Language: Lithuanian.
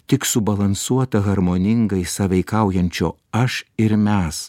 tik subalansuota harmoningai sąveikaujančio aš ir mes